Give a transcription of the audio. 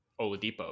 Oladipo